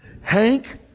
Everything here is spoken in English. Hank